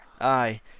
aye